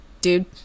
dude